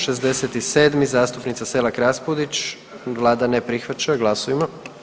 67. zastupnica Selak Raspudić, vlada ne prihvaća, glasujmo.